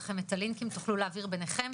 אני אשלח לכם את הלינקים ותוכלו להעביר ביניכם,